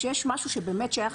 כשיש משהו שבאמת שייך